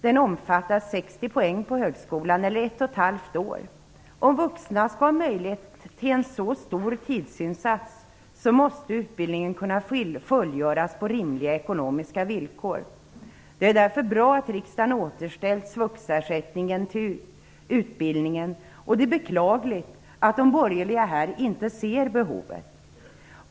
Den omfattar 60 poäng på högskolan eller ett och ett halvt år. Om vuxna skall ha möjlighet till en så stor tidsinsats måste utbildningen kunna fullgöras på rimliga ekonomiska villkor. Därför är det bra att riksdagen återställt SVUX-ersättningen till utbildningen. Det är beklagligt att de borgerliga inte ser behovet.